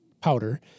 powder—